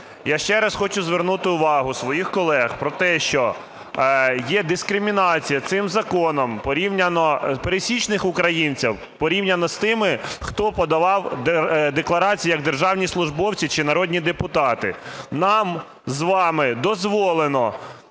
я ще раз хочу звернути увагу своїх колег про те, що є дискримінація цим законом пересічних українців порівняно з тими, хто подавав декларації як державні службовці чи народні депутати. Нам з вами дозволено